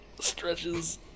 stretches